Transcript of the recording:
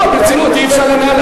לא, ברצינות, רבותי, אי-אפשר לנהל.